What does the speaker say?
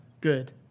good